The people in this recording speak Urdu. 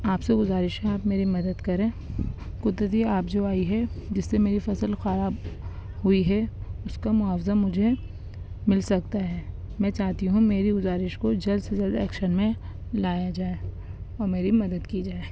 آپ سے گزارش ہے آپ میری مدد کریں قدرتی آب جو آئی ہے جس سے میری فصل خراب ہوئی ہے اس کا معاوضہ مجھے مل سکتا ہے میں چاہتی ہوں میری گزارش کو جلد سے جلد ایکشن میں لایا جائے اور میری مدد کی جائے